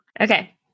Okay